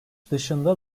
dışında